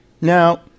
Now